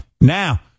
Now